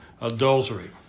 adultery